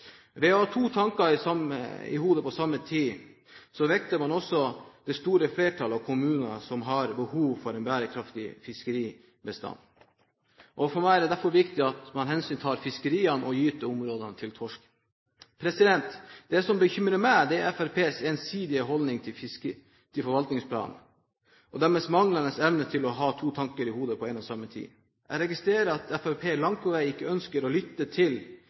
Ved å ha to tanker i hodet på samme tid vekter man også det store flertallet av kommuner som har behov for en bærekraftig fiskeribestand. For meg er det derfor viktig at man hensyntar fiskeriene og gyteområdene til torsken. Det som bekymrer meg, er Fremskrittspartiets ensidige holdning til forvaltningsplanen og deres manglende evne til å ha to tanker i hodet på samme tid. Jeg registrerer at Fremskrittspartiet langt på vei ikke ønsker å lytte til